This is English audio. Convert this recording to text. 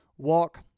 walk